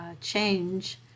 change